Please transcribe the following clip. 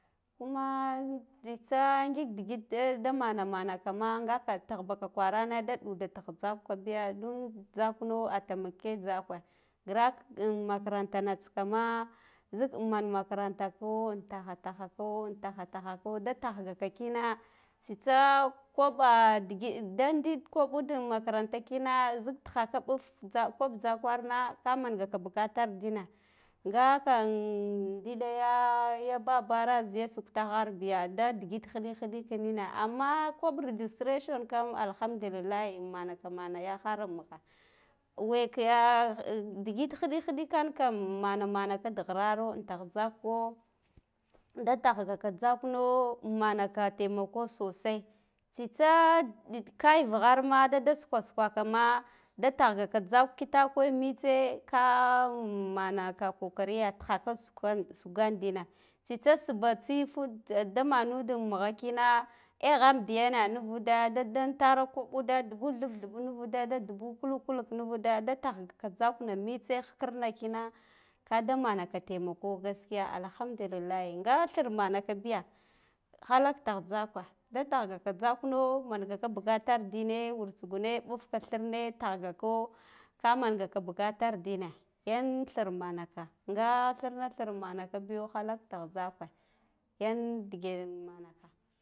Kuma tsitsa ngik digit da mana mana kama ngaka tin baka kwarane da ɗuda tah tzaka biya deen tzakno atammake tzakwa grak inn makarantana tsikama zik inmman makaranta ko an taha tahako an taha tahako da tahgaka kina tsitsa koɓa digit, da din koɓud am makaratna kina zik tihak ɓuf tza koɓ tzakarna ka mangaka bugatar dina nga kann diɗa yaa babar ziya shukkahar biya da digit hiɗik hiɗikinina amma da kaɓ registration kam alhamdullillahi am manaka mana yahar mugha wa we kaa digid hiɗik hiɗikan kam am manaka da ghirara an tah bak ko ɗa dah gaka tzakno an manaka taimako sosai tsitsa nɗ kaya vuharma ɗada shukama shukama da tahgaka tzak kito kuzo mmitse kaa am manaka kokari ya tihaka shukgan dina tsitsa sba tsinf da manude mugha kina egham diya na nuvuda, da dafara koɓuda dubu thebb thebb nuvuda da dubu kulik nuvuda da tahga ka tzakna mitse in hikirna kina kada manakataimako gaskiya alhamdullillahi nga thir manaka biya halala tah tzakwa da tahgaka tzakno mangaka bugatar dine wur tsugune ɓfuka thirme tak ga ko kamanga bugatar dina yann thir manaka nga thir manaka biyu halak tah tzakwa yan digee manaka